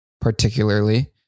particularly